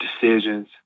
decisions